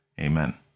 amen